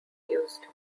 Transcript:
used